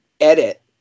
edit